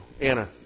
Anna